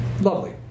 Lovely